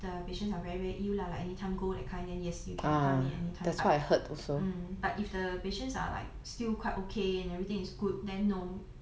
the patient are very very ill lah like anytime go that kind then yes you can come in anytime but hmm but if the patients are like still quite okay and everything is good then